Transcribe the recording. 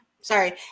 sorry